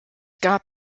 gab